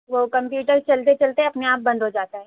وہ کمپیوٹر چلتے چلتے اپنے آپ بند ہو جاتا ہے